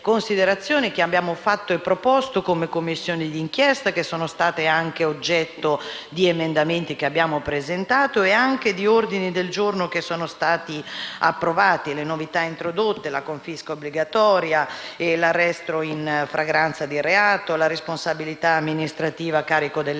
che abbiamo proposto come Commissione d'inchiesta e che sono state oggetto di emendamenti che abbiamo presentato e di ordini del giorno approvati. Tra le novità introdotte vi sono la confisca obbligatoria e l'arresto in flagranza di reato, la responsabilità amministrativa a carico dell'ente